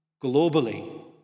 globally